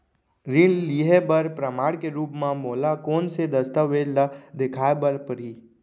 ऋण लिहे बर प्रमाण के रूप मा मोला कोन से दस्तावेज ला देखाय बर परही?